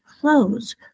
clothes